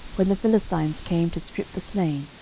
when the philistines came to strip the slain,